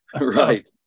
Right